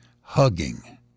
hugging